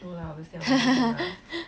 no lah obviously I won't do that lah